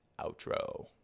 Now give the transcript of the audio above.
outro